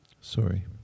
Sorry